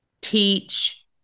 teach